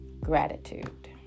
Gratitude